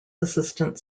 assistant